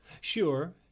Sure